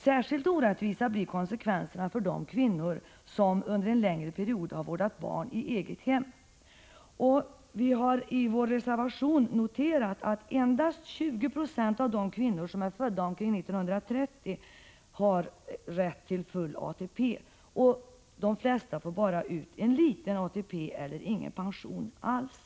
Särskilt orättvisa blir konsekvenserna för de kvinnor som under en längre period har vårdat barn i hemmet. I vår reservation noterar vi att endast 20 90 av de kvinnor som föddes omkring 1930 har rätt till full ATP. De flesta får bara ut en liten ATP-pension eller ingen pension alls.